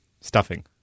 Stuffing